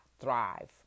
thrive